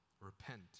repent